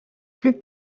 plus